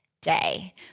day